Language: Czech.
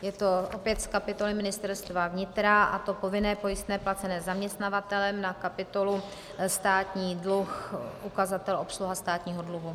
Je to opět z kapitoly Ministerstva vnitra, a to povinné pojistné placené zaměstnavatelem na kapitolu státní dluh, ukazatel obsluha státního dluhu.